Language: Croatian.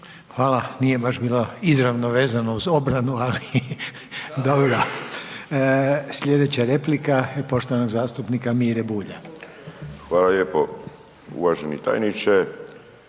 Hvala, nije baš bilo izravno vezano uz obranu ali dobro. Sljedeća replika, poštovanog zastupnika Mire Bulja. **Bulj, Miro